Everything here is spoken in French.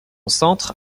centre